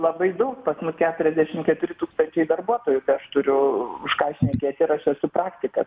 labai daug pas mus keturiasdešimt keturi tūkstančiai darbuotojų tai aš turiu už ką šnekėti ir aš esu praktikas